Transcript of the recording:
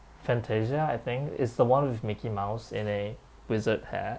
fantasia I think it's the one with mickey mouse in a wizard hat